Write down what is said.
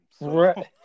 Right